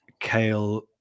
kale